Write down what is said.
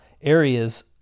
areas